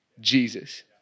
Jesus